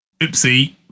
Oopsie